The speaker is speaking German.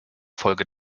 folge